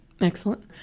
Excellent